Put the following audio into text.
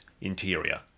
interior